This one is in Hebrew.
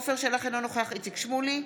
עפר שלח, אינו נוכח איציק שמולי,